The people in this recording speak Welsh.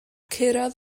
curodd